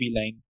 line